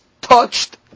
touched